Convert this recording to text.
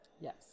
Yes